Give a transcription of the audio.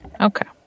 Okay